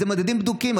אלה מדדים בדוקים.